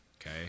okay